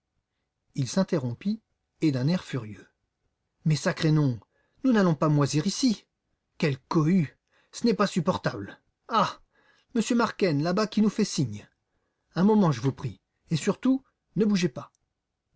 il s'interrompit et d'un air furieux mais sacré nom nous n'allons pas moisir ici quelle cohue ce n'est pas supportable ah m marquenne là-bas qui nous fait signe un moment je vous prie et surtout ne bougez pas